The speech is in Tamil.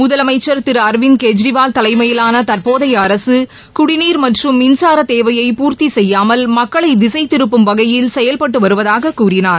முதலமைச்சர் திரு அரவிந்த் கெஜ்ரிவால் தலைமையிலான தற்போதைய அரசு குடிநீர் மற்றும் மின்சார தேவையை பூர்த்தி செய்யாமல் மக்களை திசைதிருப்பும் வகையில் செயல்பட்டு வருவதாக கூறினார்